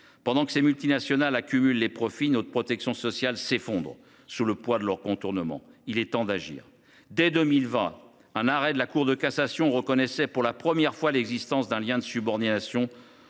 Pendant que ces multinationales accumulent les profits, notre protection sociale s’effondre sous le poids des contournements qu’elles mettent en place. Il est temps d’agir. En 2020, un arrêt de la Cour de cassation reconnaissait pour la première fois l’existence d’un lien de subordination